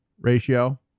ratio